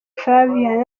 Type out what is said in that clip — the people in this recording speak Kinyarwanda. flavia